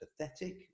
pathetic